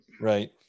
right